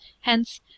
hence